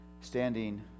standing